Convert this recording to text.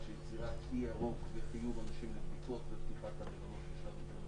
של יצירת אי ירוק וחיוב אנשים בבדיקות בפתיחת המלונות.